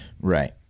Right